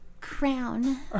crown